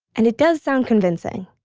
and it does sound convincing.